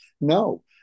no